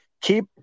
keep